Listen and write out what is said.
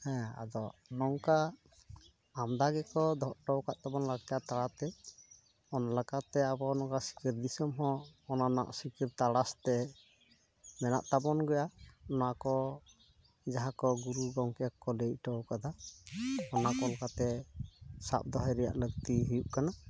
ᱦᱮᱸ ᱟᱫᱚ ᱱᱚᱝᱠᱟ ᱟᱢᱫᱟ ᱜᱮᱠᱚ ᱫᱚᱦᱚ ᱦᱚᱴᱚᱣ ᱠᱟᱫ ᱛᱟᱵᱚᱱᱟ ᱞᱟᱠᱪᱟᱨ ᱛᱟᱞᱟᱛᱮ ᱚᱱᱟ ᱞᱮᱠᱟᱛᱮ ᱟᱵᱚ ᱱᱚᱝᱠᱟ ᱥᱤᱠᱱᱟᱹᱛ ᱫᱤᱥᱚᱢ ᱦᱚᱸ ᱚᱱᱟ ᱨᱮᱱᱟᱜ ᱥᱤᱠᱟᱹᱛ ᱛᱟᱨᱟᱥ ᱛᱮ ᱢᱮᱱᱟᱜ ᱛᱟᱵᱚᱱ ᱜᱮᱭᱟ ᱱᱚᱣᱟ ᱠᱚ ᱡᱟᱦᱟᱸ ᱠᱚ ᱜᱩᱨᱩ ᱜᱚᱝᱠᱮ ᱠᱚ ᱞᱟᱹᱭᱴᱚᱣ ᱠᱟᱫᱟ ᱚᱱᱟ ᱠᱚ ᱞᱮᱠᱟᱛᱮ ᱥᱟᱵ ᱫᱚᱦᱚᱭ ᱨᱮᱭᱟᱜ ᱞᱟᱹᱠᱛᱤ ᱦᱩᱭᱩᱜ ᱠᱟᱱᱟ